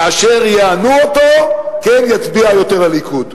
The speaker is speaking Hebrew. כאשר יענו אותו, כן יצביע יותר לליכוד.